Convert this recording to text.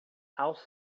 aos